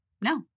No